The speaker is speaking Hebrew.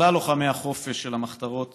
ובכלל לוחמי החופש של המחתרות